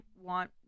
want